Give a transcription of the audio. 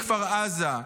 מכפר עזה,